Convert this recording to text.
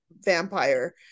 vampire